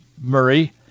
Murray